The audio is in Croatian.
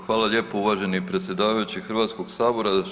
Hvala lijepo uvaženi predsjedavajući HS-a.